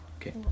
Okay